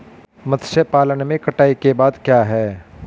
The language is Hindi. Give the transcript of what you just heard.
मत्स्य पालन में कटाई के बाद क्या है?